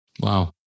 Wow